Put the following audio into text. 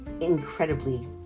incredibly